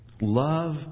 Love